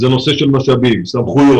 זה נושא של משאבים וסמכויות.